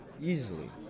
easily